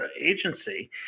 agency